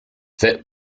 fit